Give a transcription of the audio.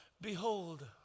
Behold